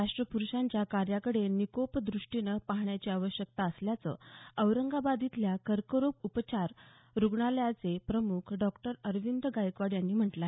राष्ट्रप्रुषांच्या कार्याकडे निकोप द्रष्टीनं पाहण्याची आवश्यकता असल्याचं औरंगाबाद इथल्या कर्करोग उपचार रुग्णालयाचे प्रमुख डॉ अरविंद गायकवाड यांनी म्हटलं आहे